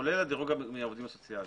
כולל דירוג העובדים הסוציאליים.